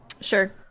Sure